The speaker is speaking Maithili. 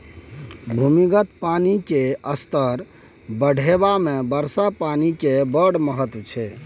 भूमिगत पानि केर स्तर बढ़ेबामे वर्षा पानि केर बड़ महत्त्व छै